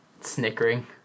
snickering